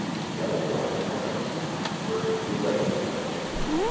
the yellow corn and turnips were too late to come to anything.